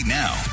now